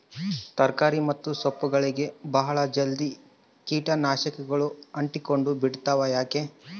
ತರಕಾರಿ ಮತ್ತು ಸೊಪ್ಪುಗಳಗೆ ಬಹಳ ಜಲ್ದಿ ಕೇಟ ನಾಶಕಗಳು ಅಂಟಿಕೊಂಡ ಬಿಡ್ತವಾ ಯಾಕೆ?